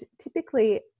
typically